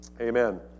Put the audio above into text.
Amen